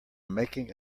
making